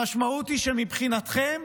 המשמעות היא שמבחינתכם